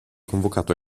convocato